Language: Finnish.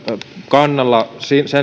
kannalla siinä